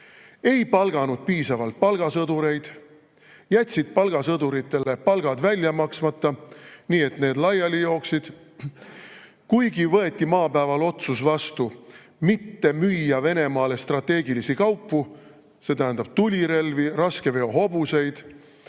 ei palganud piisavalt palgasõdureid, jätsid palgasõduritele palgad välja maksmata, nii et need laiali jooksid. Kuigi maapäeval võeti vastu otsus mitte müüa Venemaale strateegilisi kaupu, see tähendab tulirelvi, raskeveohobuseid,